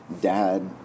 dad